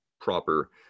proper